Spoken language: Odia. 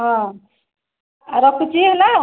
ହଁ ଆଉ ରଖୁଛି ହେଲା